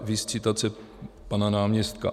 Viz citace pana náměstka.